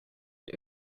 und